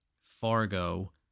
Fargo